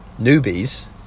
newbies